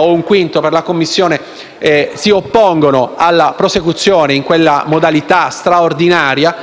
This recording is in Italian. o un quinto per la Commissione) si oppone alla prosecuzione dei lavori in quella modalità straordinaria